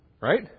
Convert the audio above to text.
Right